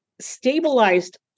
stabilized